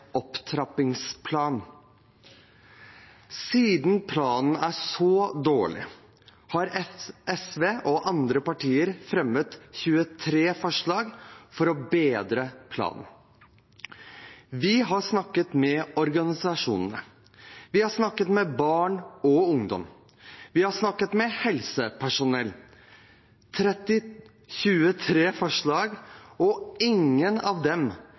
opptrappingsplan. Siden planen er så dårlig, har SV og andre partier fremmet 23 forslag for å bedre planen. Vi har snakket med organisasjonene, vi har snakket med barn og ungdom, vi har snakket med helsepersonell. Det er altså fremmet 23 forslag, og ingen av dem